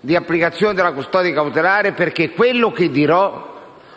di applicazione della custodia cautelare perché quello che dirò